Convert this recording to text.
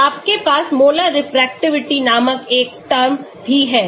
आपके पास molar refractivity नामक एक टर्म भी है